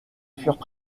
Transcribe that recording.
furent